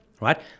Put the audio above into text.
right